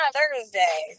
Thursday